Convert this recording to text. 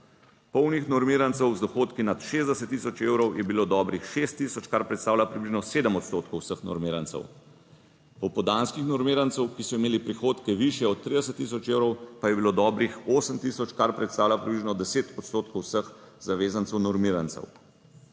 Polnih normirancev z dohodki nad 60 tisoč evrov je bilo dobrih 6 tisoč, kar predstavlja približno 7 odstotkov vseh normirancev. Popoldanskih normirancev, ki so imeli prihodke višje od 30 tisoč evrov, pa je bilo dobrih 8 tisoč, kar predstavlja približno 10 odstotkov vseh zavezancev normirancev.